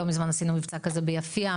לא מזמן עשינו כזה ביפיע,